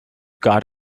got